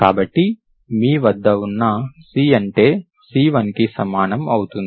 కాబట్టి మీ వద్ద ఉన్న C అంటే C1 కి సమానం అవుతుంది